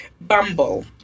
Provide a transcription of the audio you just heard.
Bumble